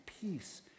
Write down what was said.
peace